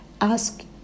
ask